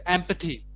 Empathy